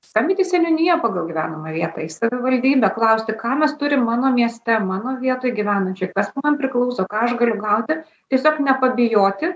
skambinti į seniūniją pagal gyvenamą vietą į savivaldybę klausti ką mes turim mano mieste mano vietoj gyvenančioj kas man priklauso ką aš galiu gauti tiesiog nepabijoti